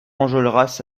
enjolras